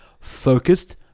Focused